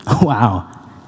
Wow